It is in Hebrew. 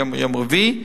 היום יום רביעי,